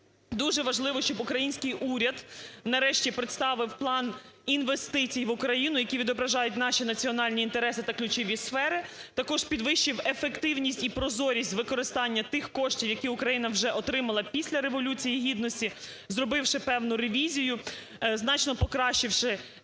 дуже важливо, щоб український уряд, нарешті, представив план інвестицій в Україну, які відображають наші національні інтереси та ключові сфери. Також підвищив ефективність і прозорість з використання тих коштів, які Україна вже отримала після Революції Гідності, зробивши певну ревізію, значно покращивши рівень